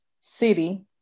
city